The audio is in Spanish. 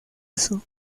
eso